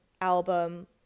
album